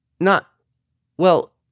Not—well